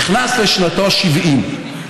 נכנס לשנתו ה-70.